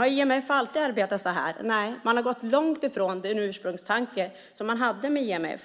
Har IMF alltid arbetat så här? Nej, man har gått långt ifrån den ursprungstanke som fanns för IMF.